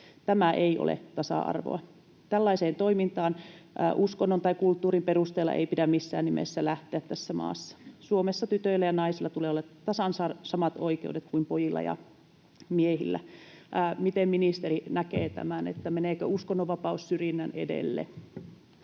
Tämä ei ole tasa-arvoa. Tällaiseen toimintaan uskonnon tai kulttuurin perusteella ei pidä missään nimessä lähteä tässä maassa. Suomessa tytöillä ja naisilla tulee olla tasan samat oikeudet kuin pojilla ja miehillä. Miten ministeri näkee tämän: meneekö uskonnonvapaus syrjinnän edelle?